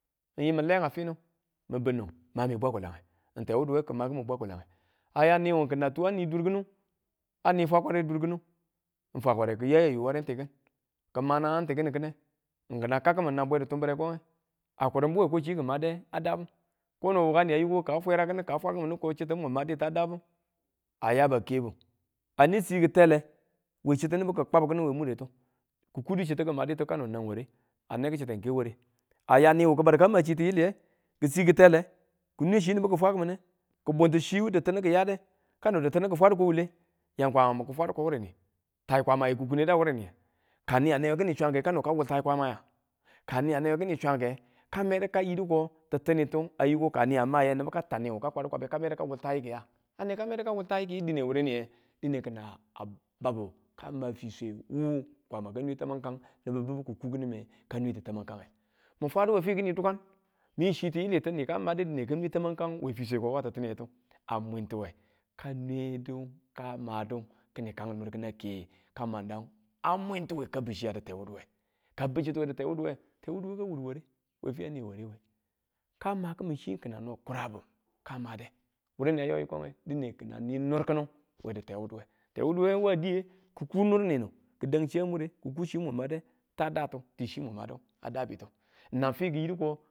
n yim n le a finu, min bine, mami bwa kwalage n Tewuduwe ki ma kimin bwa, kwalange a ya niwu kina a tu a ni dur kinu a ni fakwarre dur kinu, fakware kiya yaya ware n ti kin kima naang n ti kini kine kina kau kinin nan bwe ditumbre konge a kurinbu we ko chi ki made a daabu, kono wukani a yoko ka fwe rakinu kayidu ko chitu mun maditu a daabu a yaba a kebu a ne sii kitele we chi nibu ki kwa̱bu kinu we mure ki kudu chiti ki maditu kano nang ware, a ne ki chite n ke ware a ya niwu ki̱badu kama chi tiyiliye ki sii ketele kinwe chi nibu ki fwa kimine kibun ti chiwu di̱ttinuki yade kano dittinu ki fwadu ko wule, yam kwamamu ki fwadu ko wureni tai Kwamanu ki kune da wureni, ka niya newe kin swange kano ka wultai kwamaya, ka niya newe kin swange ka medu kayidu ko ti̱tinitu ko ayi ko ka ni amaye nibu tanni ka kwadukwabe ka medu ka wultai yikiya a ne ka medu ka wultai yikiwu dine wureniye dine ki̱na babbu ka ma fiswe wu chi kwama ka nwe tamanga nibubu kikukinime ka nwe tamange mi fadu we fi kini dukan mi chi tiyili mi madutu dine ka tamakang we fiswe ko ya tittinitu a mwintiwe ka nwedu ka madu kini kaan niir kina ke kaan mandang a mwintewe ka biu chitu we di tewutuwe, kang biu chitu a di tewuduwe ka wudu ware we fi a ne ware we ka makimin chi kina no kurabe ka made wureni a yo yikoge? dine kine ni niir kinu tewuduwe, tewuduwe wa diye ki ku niir ninu ki dang chiya mure ki̱ku chi mun made tang datu ti chi madu a dabitu nan fi ki yiduko.